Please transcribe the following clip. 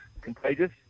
contagious